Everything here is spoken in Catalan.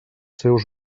seus